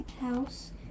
house